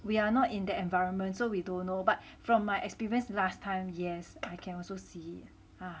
we are not in that environment so we don't know but from my experience last time yes I can also see